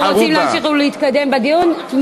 אנחנו רוצים להמשיך ולהתקדם בדיון.